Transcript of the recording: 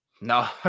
No